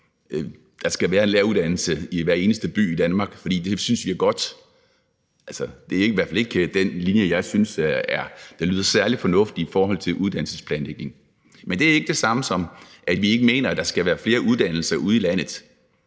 der skal være en læreruddannelse i hver eneste by i Danmark, for det synes vi er godt, er i hvert fald ikke en linje, som jeg synes lyder særlig fornuftig i forhold til uddannelsesplanlægning. Men det er ikke det samme som, at vi ikke mener, at der skal være flere uddannelser ude i landet.